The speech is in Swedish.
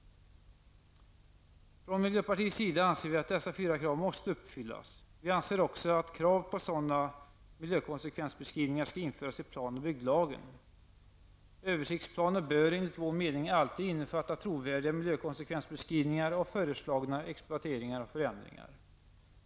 Från miljöpartiets sida anser vi att dessa fyra krav måste uppfyllas. Vi anser också att krav på sådana miljökonsekvensbeskrivningar skall införas i planoch bygglagen. Översiktsplaner bör, enligt vår mening, alltid innefatta trovärdiga miljökonsekvensbeskrivningar av föreslagna exploateringar och förändringar.